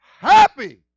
Happy